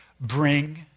bring